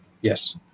yes